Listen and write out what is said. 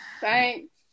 Thanks